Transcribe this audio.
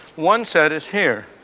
one set is here,